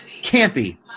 Campy